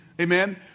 Amen